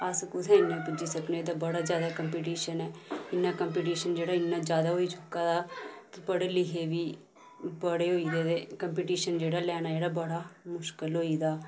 अस कुत्थै इन्ना पुज्जी सकने इत्थै बड़ा ज्यादा कम्पीटिशन ऐ इन्ना कम्पीटिशन जेह्ड़ा इन्ना ज्यादा होई चुका दा कि पढ़े लिखे दे बी बड़े होई जंदे ते कम्पीटिशन जेह्ड़ा लैना जेह्ड़ा बड़ा मुश्कल होई गेदा